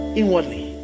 inwardly